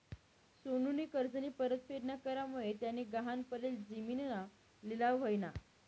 सोनूनी कर्जनी परतफेड ना करामुये त्यानी गहाण पडेल जिमीनना लिलाव व्हयना